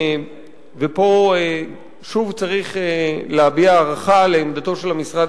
ופה שוב צריך להביע הערכה לעמדה של המשרד